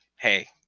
Hey